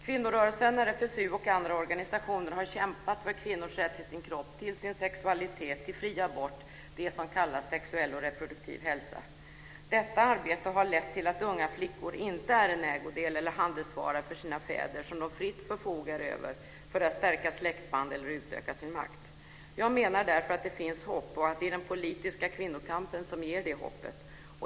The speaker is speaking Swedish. Kvinnorörelsen, RFSU och andra organisationer har kämpat för kvinnors rätt till sin egen kropp, till sin sexualitet och till fri abort, det som kallas sexuell och reproduktiv hälsa. Detta arbete har lett till att unga flickor inte är en ägodel eller handelsvara som deras fäder fritt förfogar över för att stärka släktband eller utöka sin makt. Jag menar därför att det finns hopp och att det är den politiska kvinnokampen som ger det hoppet.